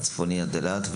מהצפון עד אילת.